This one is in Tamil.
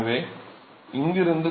எனவே இங்கிருந்து